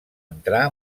entrar